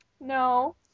No